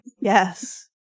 yes